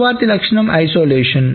తరువాతి లక్షణం ఐసోలేషన్